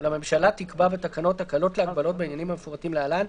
אולם הממשלה תקבע בתקנות הקלות להגבלות בעניינים המפורטים להלן,